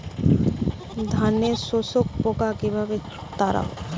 ধানে শোষক পোকা কিভাবে তাড়াব?